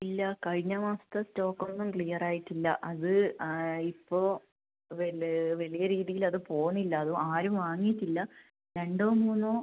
ഇല്ല കഴിഞ്ഞ മാസത്തെ സ്റ്റോക്ക് ഒന്നും ക്ലിയറായിട്ടില്ല അത് ആ ഇപ്പോൾ വലിയ രീതിയിൽ അത് പോകുന്നില്ല അതും ആരും വാങ്ങിയിട്ടില്ല രണ്ടോ മൂന്നോ